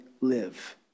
live